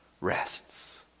rests